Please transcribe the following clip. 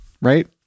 right